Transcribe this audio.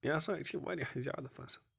مےٚ ہسا چھِ یہِ وارِیاہ زیادٕ پسنٛد